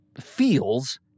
feels